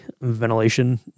ventilation